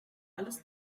alles